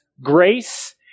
grace